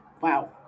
Wow